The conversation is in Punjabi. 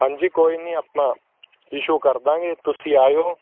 ਹਾਂਜੀ ਕੋਈ ਨਹੀਂ ਆਪਾਂ ਇਸ਼ੂ ਕਰ ਦੇਵਾਂਗੇ ਤੁਸੀਂ ਆਇਓ